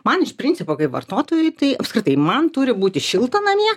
man iš principo kaip vartotojui tai apskritai man turi būti šilta namie